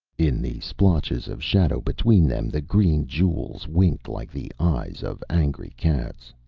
in the splotches of shadow between them, the green jewels winked like the eyes of angry cats.